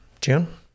june